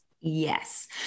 Yes